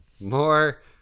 more